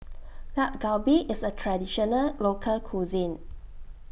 Dak Galbi IS A Traditional Local Cuisine